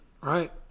right